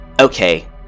Okay